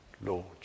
Lord